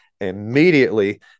immediately